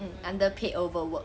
underpaid overwork